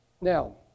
Now